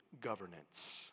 governance